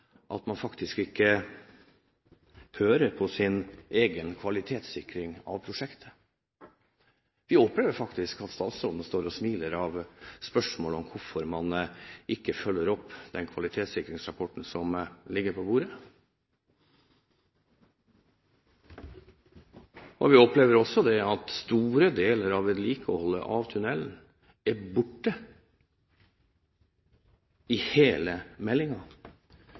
at man – når dette er et av våre største og viktigste veiprosjekt – faktisk ikke hører på sin egen kvalitetssikring av prosjektet. Vi opplever at statsråden står og smiler av spørsmålet om hvorfor man ikke følger opp den kvalitetssikringsrapporten som ligger på bordet. Vi opplever også at store deler av vedlikeholdet av tunnelen er borte fra hele